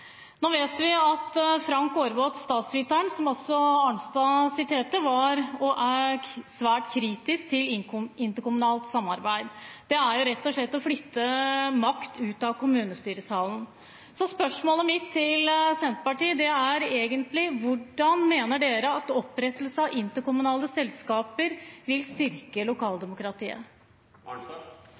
Nå vet vi at Frank Aarebrot, statsviteren, som også Arnstad siterte, var svært kritisk til interkommunalt samarbeid. Det er rett og slett å flytte makt ut av kommunestyresalen. Så spørsmålet mitt til Senterpartiet er egentlig: Hvordan mener dere at opprettelse av interkommunale selskaper vil styrke lokaldemokratiet?